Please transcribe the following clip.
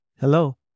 Hello